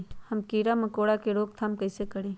हम किरा मकोरा के रोक थाम कईसे करी?